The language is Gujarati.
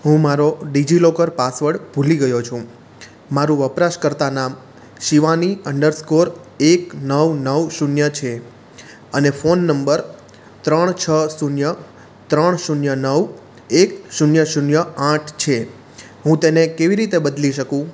હું મારો ડિજિલોકર પાસવર્ડ ભૂલી ગયો છું મારું વપરાશકર્તા નામ શિવાની અન્ડરસ્કોર એક નવ નવ શૂન્ય છે અને ફોન નંબર ત્રણ છ શૂન્ય ત્રણ શૂન્ય નવ એક શૂન્ય શૂન્ય આઠ છે હું તેને કેવી રીતે બદલી શકું